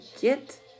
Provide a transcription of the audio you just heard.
get